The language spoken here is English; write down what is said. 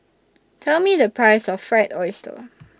Tell Me The Price of Fried Oyster